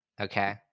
Okay